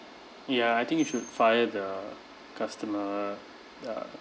ya I think you should fire the customer uh